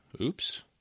oops